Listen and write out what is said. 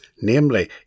namely